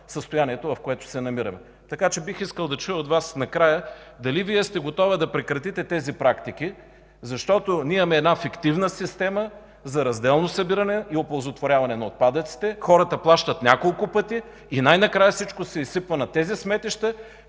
ситуацията, в която се намираме. Бих искал да чуя от Вас накрая дали сте готова да прекратите тези практики, защото имаме фиктивна система за разделно събиране и оползотворяване на отпадъците, хората плащат няколко пъти, а най-накрая всичко се изсипва на тези сметища,